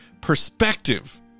perspective